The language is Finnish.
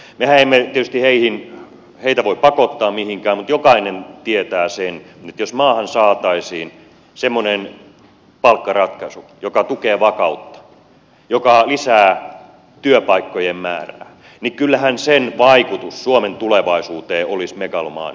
mehän emme tietysti heitä voi pakottaa mihinkään mutta jokainen tietää sen että jos maahan saataisiin semmoinen palkkaratkaisu joka tukee vakautta joka lisää työpaikkojen määrää niin kyllähän sen vaikutus suomen tulevaisuuteen olisi megalomaaninen